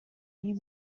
new